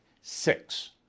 six